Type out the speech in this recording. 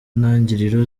ntangiriro